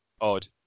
Odd